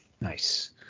Nice